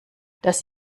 dass